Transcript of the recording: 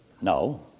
No